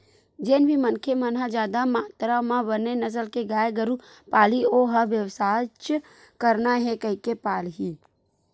जेन भी मनखे मन ह जादा मातरा म बने नसल के गाय गरु पालही ओ ह बेवसायच करना हे कहिके पालही